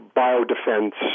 biodefense